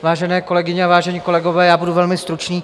Vážené kolegyně, vážení kolegové, budu velmi stručný.